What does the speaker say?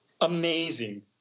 Amazing